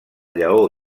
lleó